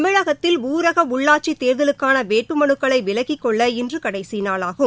தமிழகத்தில் ஊரக உள்ளாட்சித் தேர்தலுக்கான வேட்புமலுக்களை விலக்கிக் கொள்ள இன்று கடைசி நாளாகும்